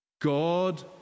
God